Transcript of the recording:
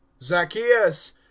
ZACCHAEUS